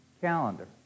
calendar